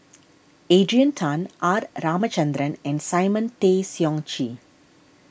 Adrian Tan R Ramachandran and Simon Tay Seong Chee